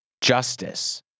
justice